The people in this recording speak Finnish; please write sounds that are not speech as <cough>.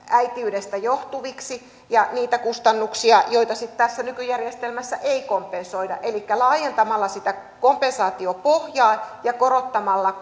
äitiydestä johtuviksi ja niitä kustannuksia joita sitten tässä nykyjärjestelmässä ei kompensoida elikkä laajentamalla sitä kompensaatiopohjaa ja korottamalla <unintelligible>